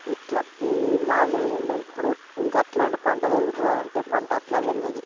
ఇట్లా ఈ మామూలుగా ఉండ ఇప్పుడు ఇంకా అట్లా పంట పెరుగుతుందా అంటే అట్లా పెరగదు